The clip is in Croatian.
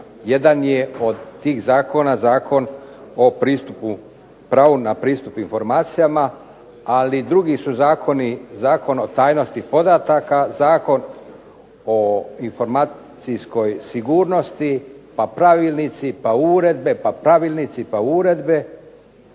jedan je od tih zakona Zakon o pravu na pristup informacijama, ali drugi su zakoni Zakon o tajnosti podataka, Zakon o informacijskoj sigurnosti, pa pravilnici, pa uredbe i na kraju